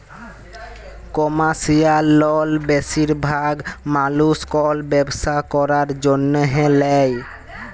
commercial লল বেশিরভাগ মালুস কল ব্যবসা ক্যরার জ্যনহে লেয়